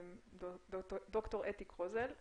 ד"ר אתי קרוזל.